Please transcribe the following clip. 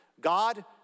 God